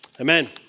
amen